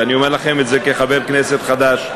אני אומר לכם את זה כחבר כנסת חדש.